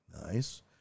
Nice